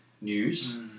news